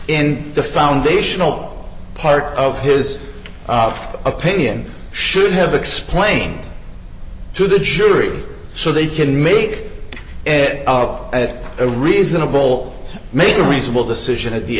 in the foundational part of his of opinion should have explained to the jury so they can make it up at a reasonable make a reasonable decision at the